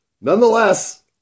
nonetheless